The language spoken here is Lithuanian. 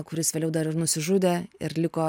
kuris vėliau dar ir nusižudė ir liko